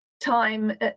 time